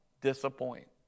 disappoint